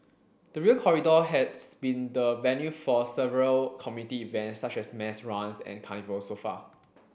the Rail Corridor has been the venue for several community events such as mass runs and carnivals so far